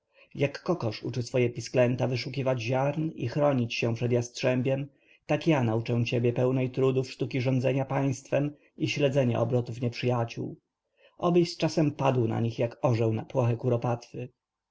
jak kokosz uczy swoje pisklęta wyszukiwać ziarn i chronić się przed jastrzębiem tak ja nauczę ciebie pełnej trudów sztuki rządzenia państwem i śledzenia obrotów nieprzyjaciół obyś z czasem padł na nich jak orzeł na płoche kuropatwy